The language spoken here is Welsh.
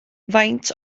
faint